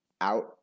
out